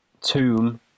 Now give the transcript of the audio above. Tomb